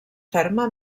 ferma